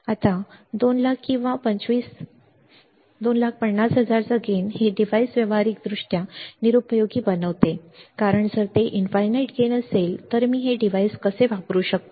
आता 200000 किंवा 250000 चा गेन हे डिव्हाइस व्यावहारिकदृष्ट्या निरुपयोगी बनवते कारण जर ते अनंत गेन असेल तर मी हे डिव्हाइस कसे वापरू शकतो